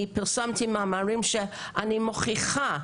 אני פרסמתי מאמרים שאני מוכיחה,